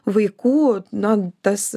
vaikų na tas